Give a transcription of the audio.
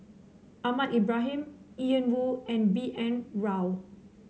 Ahmad Ibrahim Ian Woo and B N Rao